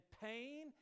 pain